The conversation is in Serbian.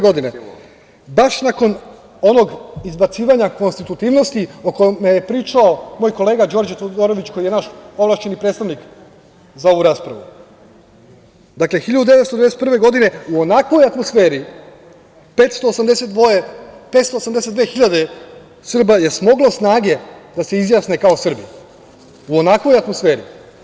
Godine 1991, baš nakon onog izbacivanja konstitutivnosti, o kome je pričao moj kolega Đorđe Todorović, koji je naš ovlašćeni predstavnik za ovu raspravu, dakle 1991. godine u onakvoj atmosferi 582 hiljade Srba je smoglo snage da se izjasne kao Srbi, u onakvoj atmosferi.